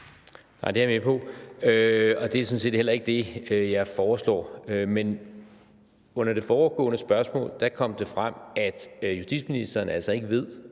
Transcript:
(V): Det er jeg med på, og det er sådan set heller ikke det, jeg foreslår. Under det foregående spørgsmål kom det frem, at justitsministeren altså ikke ved,